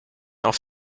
auf